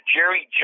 Jerry